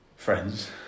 Friends